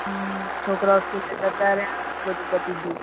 છોકરાઓ સ્કૂલે જતા રહ્યા બધું પતી ગયું